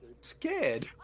scared